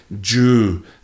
Jew